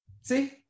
See